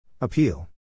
Appeal